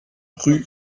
rue